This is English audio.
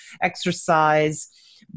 exercise